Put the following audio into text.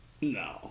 No